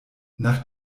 nach